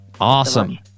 Awesome